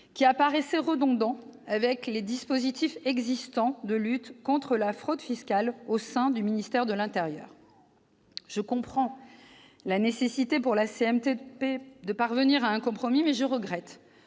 apparaissait en effet redondant avec les dispositifs existants de lutte contre la fraude fiscale au sein du ministère de l'intérieur. Je comprends la nécessité pour la commission mixte paritaire de parvenir à un compromis, mais je regrette